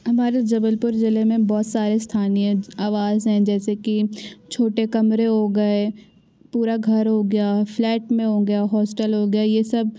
हमारे जबलपुर जिले में बहुत सारे स्थानीय आवास हैं जैसे कि छोटे कमरे हो गए पूरा घर हो गया फ्लैट में हो गया हॉस्टल हो गया ये सब